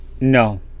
No